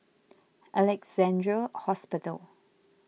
Alexandra Hospital